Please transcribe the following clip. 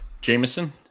Jameson